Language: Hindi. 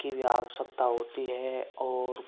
की भी आवश्यकता होती है और